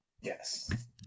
Yes